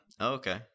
Okay